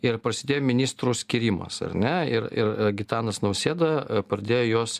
ir prasidėjo ministrų skyrimas ar ne ir ir gitanas nausėda pradėjo juos